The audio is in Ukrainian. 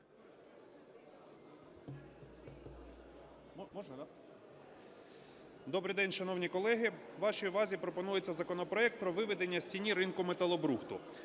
Добрий день, шановні колеги. Вашій увазі пропонується законопроект про виведення з тіні ринку металобрухту.